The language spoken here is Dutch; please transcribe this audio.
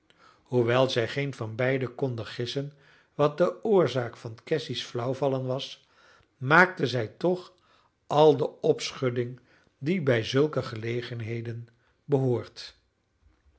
hoewel zij geen van beiden konden gissen wat de oorzaak van cassy's flauwvallen was maakten zij toch al de opschudding die bij zulke gelegenheden behoort